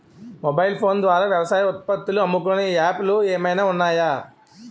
Mobile phone ద్వారా వ్యవసాయ ఉత్పత్తులు అమ్ముకునే యాప్ లు ఏమైనా ఉన్నాయా?